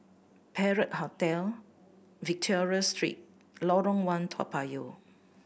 Perak Hotel Victoria Street Lorong One Toa Payoh